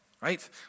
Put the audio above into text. right